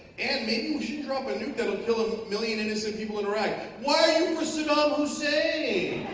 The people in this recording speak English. ann maybe we shouldn't drop a nuke that will kill a million innocent people in iraq why are you for saddam hussein